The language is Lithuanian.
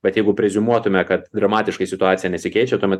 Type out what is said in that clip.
bet jeigu preziumuotume kad dramatiškai situacija nesikeičia tuomet